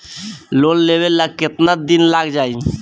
Loan लेबे ला कितना दिन लाग जाई?